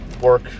work